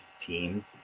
team